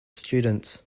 students